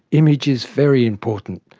image is very important,